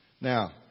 Now